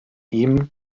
ihm